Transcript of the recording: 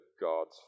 God's